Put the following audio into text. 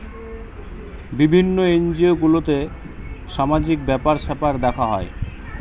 বিভিন্ন এনজিও গুলাতে সামাজিক ব্যাপার স্যাপার দেখা হয়